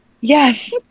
Yes